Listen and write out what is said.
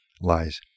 lies